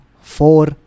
four